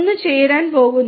ഒന്നിച്ചു ചേരാൻ പോകുന്നു